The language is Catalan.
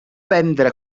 vendre